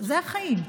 זה החיים.